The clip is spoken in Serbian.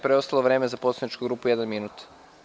Preostalo vreme za poslaničku grupu je jedan minut.